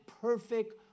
perfect